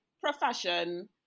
profession